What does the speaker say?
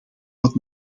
wat